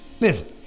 listen